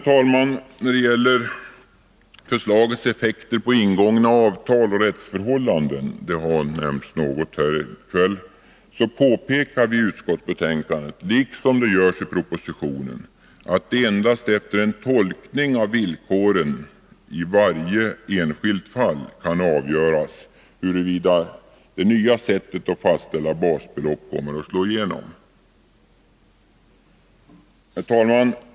Vad gäller förslagets effekter på ingångna avtal och rättsförhållanden — det har nämnts något här i kväll — påpekas i utskottsbetänkandet liksom i propositionen att det endast efter en tolkning av villkoren i varje enskilt fall 175 Sättet att fastställa kan avgöras huruvida det nya sättet att fastställa basbeloppet kommer att slå igenom. Herr talman!